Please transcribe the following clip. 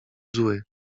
zły